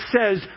says